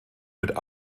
mit